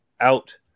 out